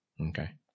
okay